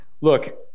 look